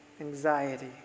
Anxiety